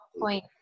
point